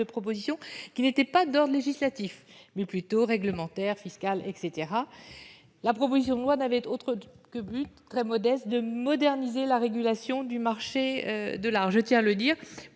propositions qui n'étaient pas or législatif mais plutôt réglementaire, fiscal, etc, la proposition de loi n'avait d'autre que Bute très modeste de moderniser la régulation du marché de l'art, je tiens à le dire